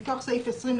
מתוך סעיף 20,